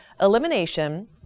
Elimination